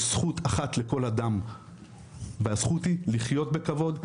יש זכות אחת לכל אדם והזכות היא לחיות בכבוד,